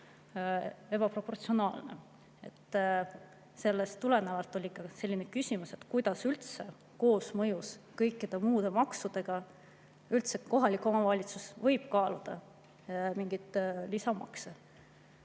ebaproportsionaalne. Sellest tulenevalt on ka selline küsimus: kuidas üldse koosmõjus kõikide muude maksudega võib kohalik omavalitsus kaaluda mingeid lisamakse?